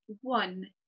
one